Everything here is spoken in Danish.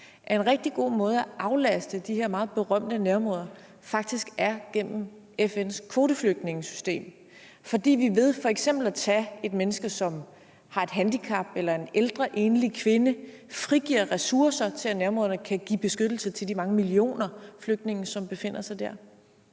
sig jo i de her berømte nærområder – faktisk er gennem FN's kvoteflygtningesystem, fordi vi ved f.eks. at tage et menneske, som har et handicap, eller en ældre enlig kvinde frigiver ressourcer til, at nærområderne kan give beskyttelse til de mange millioner flygtninge, som befinder sig der?